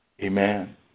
Amen